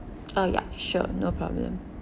uh ya sure no problem